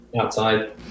outside